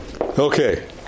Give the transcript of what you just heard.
Okay